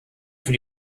für